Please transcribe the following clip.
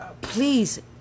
please